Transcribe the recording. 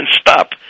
stop